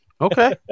Okay